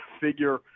figure